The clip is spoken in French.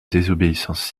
désobéissance